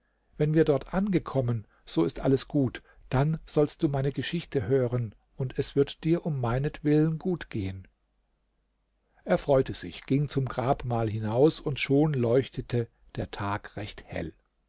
wenn wir dort angekommen so ist alles gut dann sollst du meine geschichte hören und es wird dir um meinetwillen gut gehen er freute sich ging zum grabmal hinaus und schon leuchtete der tag recht hell